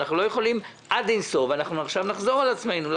אנחנו לא יכולים לדבר עד אין-סוף ולחזור על עצמנו.